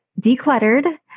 decluttered